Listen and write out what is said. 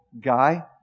guy